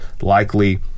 likely